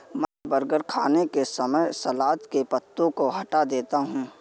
मैं बर्गर खाने के समय सलाद के पत्तों को हटा देता हूं